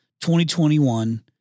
2021